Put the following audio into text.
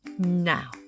Now